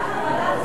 למה?